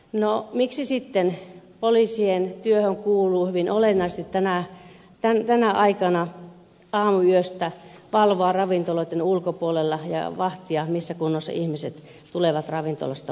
no miksi sitten poliisien työhön kuuluu hyvin olennaisesti tänä aikana aamuyöstä valvoa ravintoloitten ulkopuolella ja vahtia missä kunnossa ihmiset tulevat ravintolasta ulos